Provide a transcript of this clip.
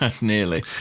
nearly